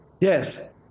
Yes